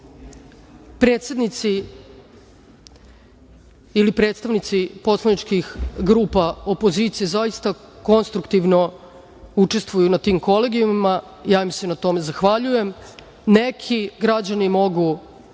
predsednici ili predstavnici poslaničkih grupa opozicije zaista konstruktivno učestvuju na tim kolegijumima i ja im se na tome zahvaljujem. Neki, građani mogu